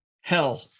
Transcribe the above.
hell